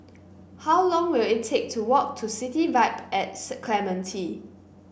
how long will it take to walk to City Vibe and Clementi